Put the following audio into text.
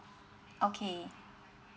okay